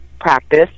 practice